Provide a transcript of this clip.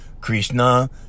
Krishna